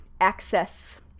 access